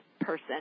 person